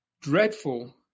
dreadful